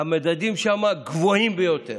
המדדים שם הם הגבוהים ביותר.